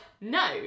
no